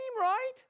right